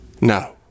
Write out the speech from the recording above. No